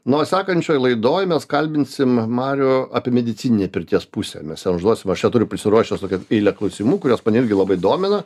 nu o sekančioj laidoj mes kalbinsim marių apie medicininę pirties pusę mes jam užduosim aš čia turiu prisiruošęs tokią eilę klausimų kuriuos mane irgi labai domina